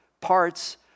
parts